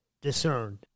discerned